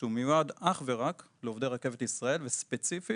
שהוא מיועד אך ורק לעובדי רכבת ישראל וספציפית